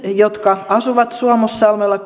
jotka asuvat suomussalmella